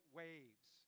waves